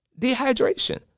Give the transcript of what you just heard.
Dehydration